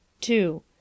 Two